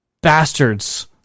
bastards